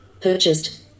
purchased